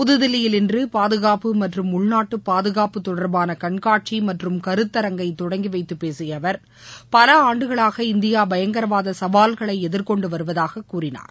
புதுதில்லியில் இன்று பாதுகாப்பு மற்றும் உள்நாட்டு பாதுகாப்பு தொடர்பாள கண்காட்சி மற்றும் கருந்தரங்கை தொடங்கிவைத்து பேசிய அவர் பல ஆண்டுகளாக இந்தியா பயங்கரவாத சவால்களை எதிர்கொண்டுவருவதாக கூறினார்